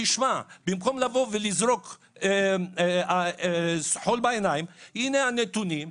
במקום לזרוק חול בעיניים הנה הנתונים,